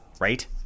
right